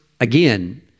Again